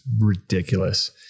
ridiculous